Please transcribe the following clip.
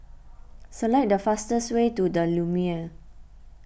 select the fastest way to the Lumiere